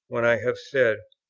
when i have said,